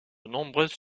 nombreuses